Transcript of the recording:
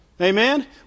Amen